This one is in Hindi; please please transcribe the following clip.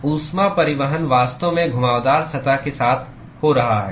ऊष्मा परिवहन वास्तव में घुमावदार सतह के साथ हो रहा है